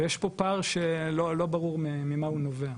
ויש פה פער שלא ברור ממה הוא נובע.